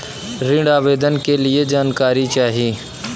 ऋण आवेदन के लिए जानकारी चाही?